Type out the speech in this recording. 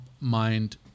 mind